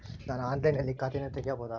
ನಾನು ಆನ್ಲೈನಿನಲ್ಲಿ ಖಾತೆಯನ್ನ ತೆಗೆಯಬಹುದಾ?